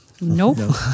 Nope